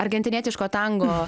argentinietiško tango